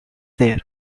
there